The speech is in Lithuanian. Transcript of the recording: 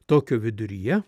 tokio viduryje